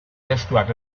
testuak